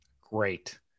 Great